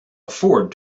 afford